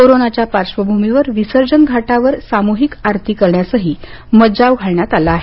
कोरोनाच्या पार्श्वभूमीवर विसर्जन घाटावर सामूहिक आरती करण्यासही मज्जाव करण्यात आला आहे